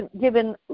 given